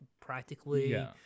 practically